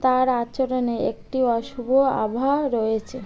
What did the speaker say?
তার আচরণে একটি অশুভ আভা রয়েছে